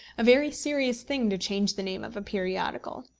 a very serious thing to change the name of a periodical.